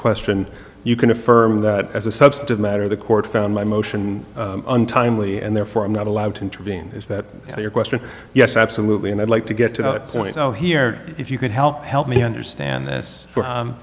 question you can affirm that as a substantive matter the court found my motion untimely and therefore i'm not allowed to intervene is that your question yes absolutely and i'd like to get to the point here if you could help help me understand this